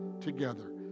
together